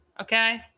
Okay